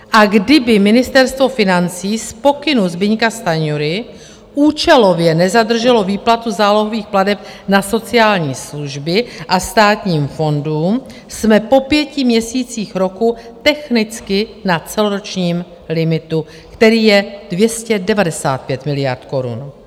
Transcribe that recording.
A kdyby Ministerstvo financí z pokynu Zbyňka Stanjury účelově nezadrželo výplatu zálohových plateb na sociální služby a státním fondům, jsme po pěti měsících roku technicky na celoročním limitu, který je 295 miliard korun.